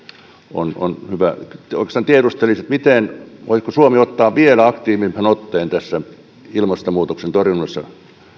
on se on hyvä oikeastaan tiedustelisin voisiko suomi ottaa vielä aktiivisemman otteen tässä ilmastonmuutoksen torjunnassa